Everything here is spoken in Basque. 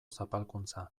zapalkuntza